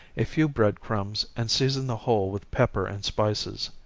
a few bread crumbs, and season the whole with pepper and spices.